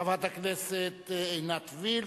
חברת הכנסת עינת וילף,